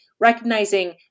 recognizing